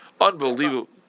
Unbelievable